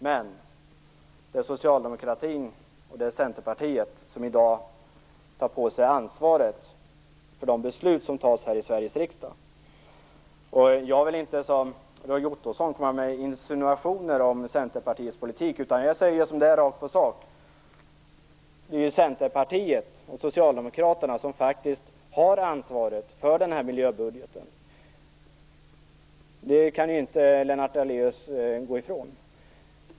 Men det är Socialdemokraterna och Centerpartiet som i dag tar på sig ansvaret för de beslut som fattas här i Sveriges riksdag. Jag vill inte som Roy Ottosson komma med insinuationer om Centerpartiets politik, utan jag säger rakt på sak som det är. Det är ju Centerpartiet och Socialdemokraterna som faktiskt har ansvaret för den här miljöbudgeten. Det kan Lennart Daléus inte komma ifrån.